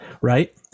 Right